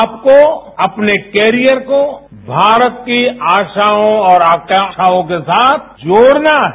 आपको अपने कैरियर को भारत की आशाओं और आकांक्षाओं के साथ जोडना है